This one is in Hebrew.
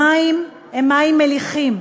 המים הם מים מליחים.